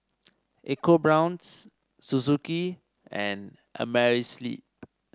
EcoBrown's Suzuki and Amerisleep